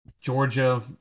Georgia